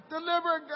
Deliver